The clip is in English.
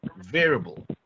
variable